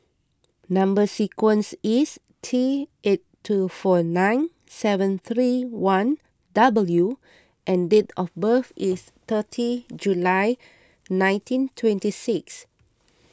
Number Sequence is T eight two four nine seven three one W and date of birth is thirty July nineteen twenty six